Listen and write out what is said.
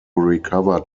recover